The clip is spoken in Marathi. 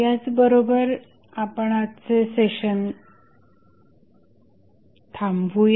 याच बरोबर आपण आजचे सेशन थांबवूया